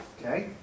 okay